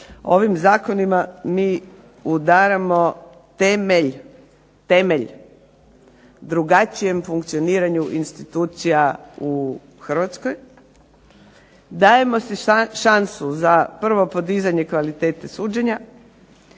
Ovim zakonima mi udaramo temelj, temelj drugačijem funkcioniranju institucija u Hrvatskoj, dajemo si šansu za prvo podizanje kvalitete suđenje,